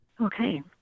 Okay